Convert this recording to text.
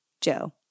Joe